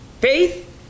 faith